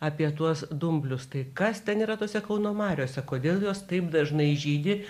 apie tuos dumblius tai kas ten yra tose kauno mariose kodėl jos taip dažnai žydi